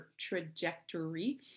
trajectory